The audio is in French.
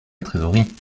trésorerie